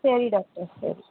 சரி டாக்டர் சரி